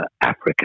Africa